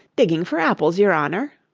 digging for apples, yer honour